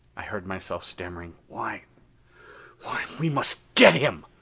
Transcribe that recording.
i heard myself stammering, why why we must get him!